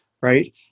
right